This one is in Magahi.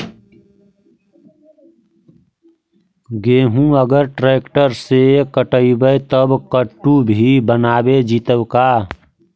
गेहूं अगर ट्रैक्टर से कटबइबै तब कटु भी बनाबे जितै का?